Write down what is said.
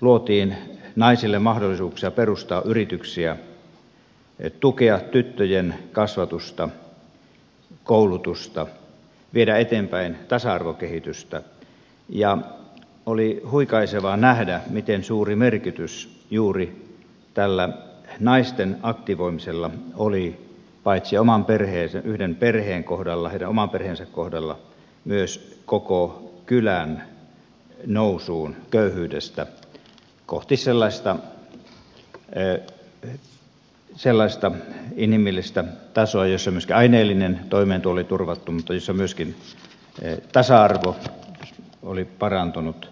luotiin naisille mahdollisuuksia perustaa yrityksiä tukea tyttöjen kasvatusta koulutusta viedä eteenpäin tasa arvokehitystä ja oli huikaisevaa nähdä miten suuri merkitys juuri tällä naisten aktivoimisella oli paitsi sen yhden perheen kohdalla heidän oman perheensä kohdalla myös koko kylän nousulle köyhyydestä kohti sellaista inhimillistä tasoa jossa aineellinen toimeentulo oli turvattu mutta jossa myöskin tasa arvo oli parantunut